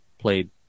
played